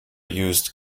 used